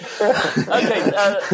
Okay